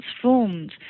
transformed